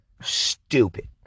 stupid